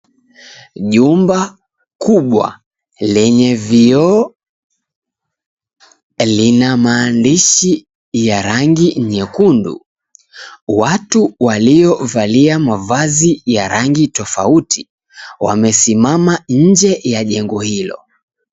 Jumba kubwa lenye vioo lina maandishi ya rangi nyekundu. Watu waliovalia mavazi ya rangi tofauti wamesimama nje ya jengo hilo.